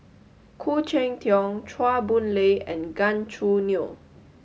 Khoo Cheng Tiong Chua Boon Lay and Gan Choo Neo